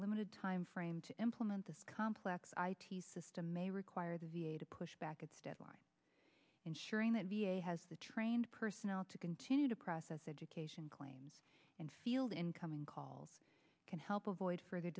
limited timeframe to implement this complex i t system may require the v a to push back its deadline ensuring that v a has the trained personnel to continue to process education claims and field incoming calls can help avoid furthe